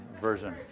version